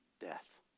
death